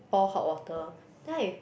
pour hot water then I